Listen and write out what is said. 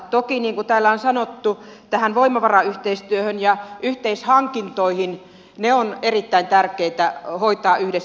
toki niin kuin täällä on sanottu voimavarayhteistyö ja yhteishankinnat ovat erittäin tärkeitä hoitaa yhdessä